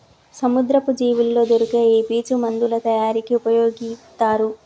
సముద్రపు జీవుల్లో దొరికే ఈ పీచు మందుల తయారీకి ఉపయొగితారు